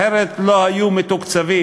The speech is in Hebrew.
אחרת הם לא היו מתוקצבים,